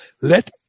let